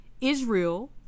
Israel